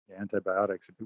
Antibiotics